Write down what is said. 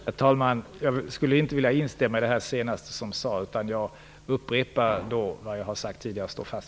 Herr talman! Jag vill inte instämma i det sista som Elisa Abascal-Reyes sade. Jag står fast vid vad jag tidigare har sagt.